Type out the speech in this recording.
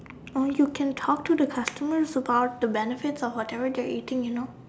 or you can talk to the customers about the benefits of whatever you're eating you know